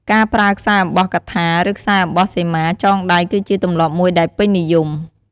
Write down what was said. ការប្រើខ្សែអំបោះកថា ឬខ្សែអំបោះសីមា ចងដៃ គឺជាទម្លាប់មួយដែលពេញនិយម។